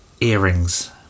earrings